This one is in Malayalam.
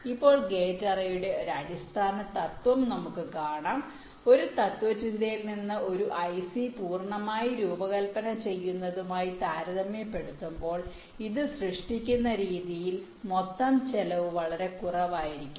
ഇപ്പോൾ ഗേറ്റ് അറേയുടെ അടിസ്ഥാന തത്വം നമുക്ക് കാണാം ഒരു തത്ത്വചിന്തയിൽ നിന്ന് ഒരു ഐസി പൂർണ്ണമായി രൂപകൽപ്പന ചെയ്യുന്നതുമായി താരതമ്യപ്പെടുത്തുമ്പോൾ ഇത് സൃഷ്ടിക്കുന്ന രീതിയിൽ മൊത്തം ചെലവ് വളരെ കുറവായിരിക്കും